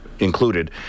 Included